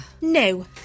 No